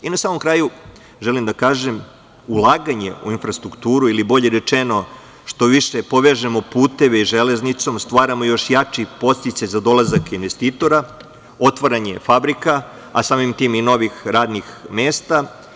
Na samom kraju želim da kažem, ulaganje u infrastrukturu ili bolje rečeno, što više povežemo puteve železnicom, stvaramo još jači podsticaj za dolazak investitora, otvaranje fabrika, a samim tim i novih radnih mesta.